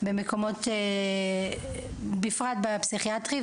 בפרט בפסיכיאטרי,